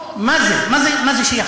מה זה שייך?